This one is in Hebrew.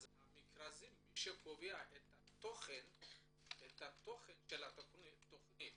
אז מי שקובע את התוכן של התכנית